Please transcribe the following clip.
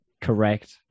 Correct